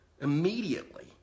immediately